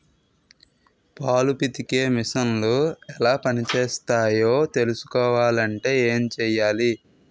పాలు పితికే మిసన్లు ఎలా పనిచేస్తాయో తెలుసుకోవాలంటే ఏం చెయ్యాలి?